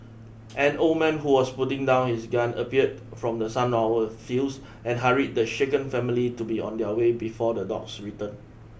an old man who was putting down his gun appeared from the sunflower fields and hurried the shaken family to be on their way before the dogs return